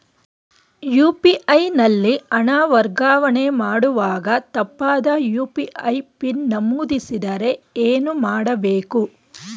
UPI ನಲ್ಲಿ ಹಣ ವರ್ಗಾವಣೆ ಮಾಡುವಾಗ ತಪ್ಪಾದ ಯು.ಪಿ.ಐ ಪಿನ್ ನಮೂದಿಸಿದರೆ ಏನು ಮಾಡಬೇಕು?